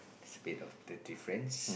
a bit of the difference